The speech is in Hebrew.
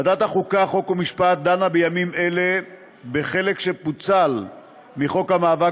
ועדת החוקה חוק ומשפט דנה בימים אלה בחלק שפוצל מחוק המאבק